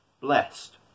Blessed